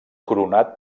coronat